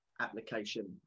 application